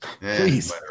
Please